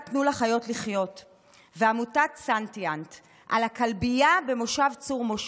תנו לחיות לחיות ועמותת סנטיאנט על הכלבייה במושב צור משה,